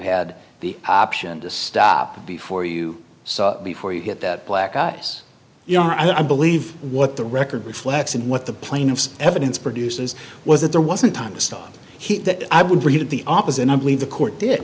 had the option to stop before you saw before you hit that black ice you know i believe what the record reflects and what the plaintiffs evidence produces was that there wasn't time to stop that i would read it the opposite i believe the court did